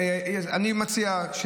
אני מציע,